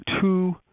two